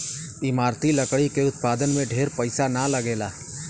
इमारती लकड़ी के उत्पादन में ढेर पईसा ना लगेला